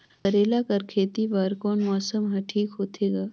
करेला कर खेती बर कोन मौसम हर ठीक होथे ग?